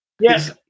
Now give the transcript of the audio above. Yes